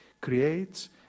creates